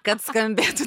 kad skambėtų